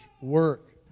work